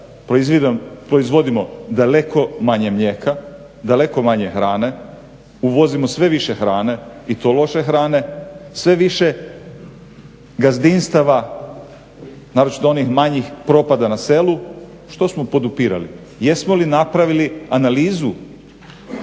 proizvodimo daleko manje mlijeka, daleko manje hrane, uvozimo sve više hrane i to loše hrane, sve više gazdinstava naročito onih manjih propada na selu, što smo podupirali? Jesmo li napravili analizu